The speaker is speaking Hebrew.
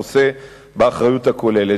הוא נושא באחריות הכוללת.